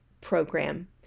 program